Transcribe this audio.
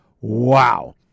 Wow